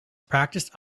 practiced